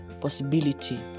possibility